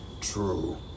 True